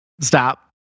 stop